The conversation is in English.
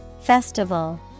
Festival